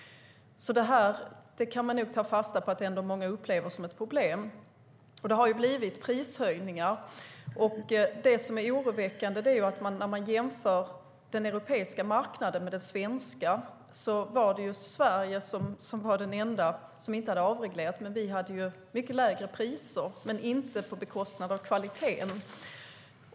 Man kan nog alltså ta fasta på att många upplever det här som ett problem. Det har blivit prishöjningar. Det är oroväckande att jämföra den europeiska marknaden med den svenska. Sverige var det enda land som inte hade avreglerat, men vi hade mycket lägre priser - dock inte på bekostnad av kvaliteten.